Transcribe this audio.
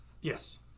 Yes